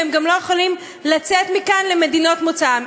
והם גם לא יכולים לצאת לכאן למדינות מוצאם.